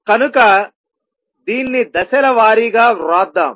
కనుక దీన్ని దశల వారీగా వ్రాద్దాం